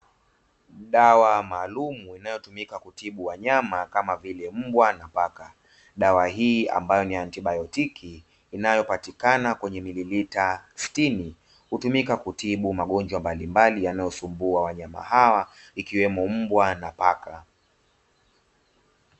Dawa maalamu inayo tumika kutibu wanyama kama vile mbwa na paka, dawa hii ambayo ni antibayotiki inayopatikana kwenye milimita sitini, hutumika kutibu magonjwa mbalimbali yanayosumbua wanyama hawa ikiwemo mbwa na paka.